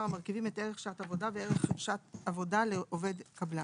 המרכיבים את ערך שעת עבודה וערך שעת עבודה לעובד קבלן),